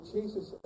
Jesus